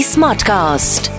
Smartcast